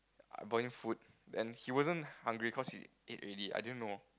I bought him food then he wasn't hungry cause he ate already I didn't know